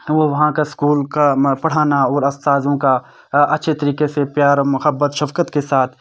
وہ وہاں کا اسکول کا پڑھانا اور استاذوں کا اچھے طریقے سے پیار و محبت شفقت کے ساتھ